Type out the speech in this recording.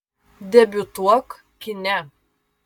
debiutuok kine